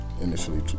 initially